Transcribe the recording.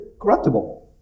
corruptible